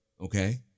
Okay